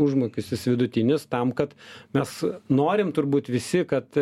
užmokestis vidutinis tam kad mes norim turbūt visi kad